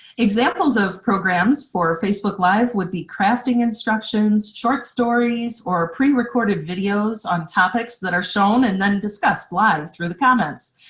examples of programs for facebook live would be crafting instructions, short stories, or pre-recorded videos on topics that are shown and then discussed live through the comments.